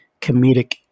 comedic